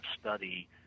study